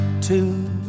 two